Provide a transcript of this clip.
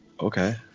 Okay